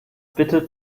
bitte